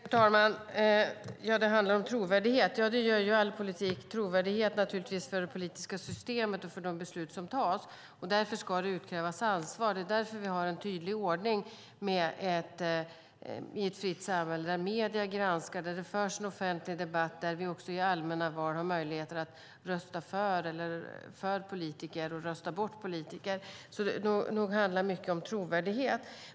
Fru talman! Det handlar om trovärdighet, sade Teres Lindberg. Det gör ju all politik, trovärdighet för det politiska systemet och för de beslut som tas, därför ska det utkrävas ansvar. Det är därför vi har en tydlig ordning i ett fritt samhälle där medierna granskar, där det förs en offentlig debatt och där vi också i allmänna val har möjlighet att rösta för politiker och rösta bort politiker. Nog handlar mycket om trovärdighet.